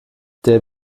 der